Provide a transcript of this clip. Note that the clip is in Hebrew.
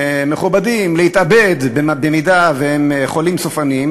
מכובדים להתאבד במידה שהם חולים סופניים,